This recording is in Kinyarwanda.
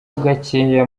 gakeya